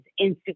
Instagram